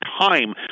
time